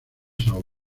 são